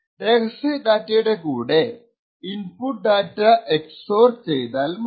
രഹസ്യ ഡാറ്റയുടെ കൂടെ input data X or ചെയ്താൽ മതി